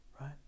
right